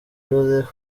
joseph